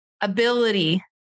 ability